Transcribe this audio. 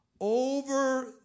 over